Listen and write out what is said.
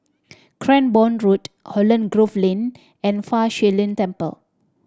Cranborne Road Holland Grove Lane and Fa Shi Lin Temple